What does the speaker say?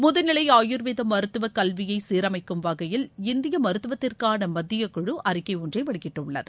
முதுநிலை ஆயூர்வேத மருத்துவ கல்வியை சீரமைக்கும் வகையில் இந்திய மருத்துவத்திற்கான மத்தியக்குழு அறிக்கை ஒன்றை வெளியிட்டுள்ளது